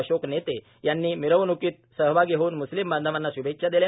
अशोक नेते यांनी मिरवणूकीत सहभागी होऊन मुस्लिम बांधवांना शुभेच्छा दिल्या